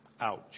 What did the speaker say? Ouch